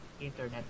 Internet